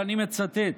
ואני מצטט: